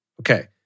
Okay